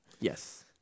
Yes